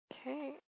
Okay